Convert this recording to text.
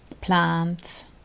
plants